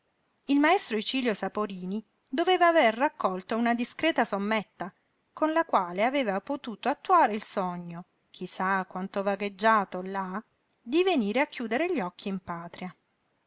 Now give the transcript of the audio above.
il maestro icilio saporini doveva aver raccolto una discreta sommetta con la quale aveva potuto attuare il sogno chi sa quanto vagheggiato là di venire a chiudere gli occhi in patria